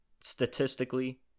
statistically